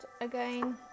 again